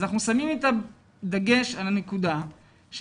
אז אנחנו שמים את הדגש על הנקודה שבעצם